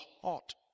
hot